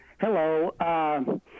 Hello